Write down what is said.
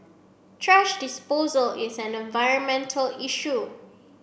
thrash disposal is an environmental issue